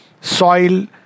soil